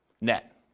net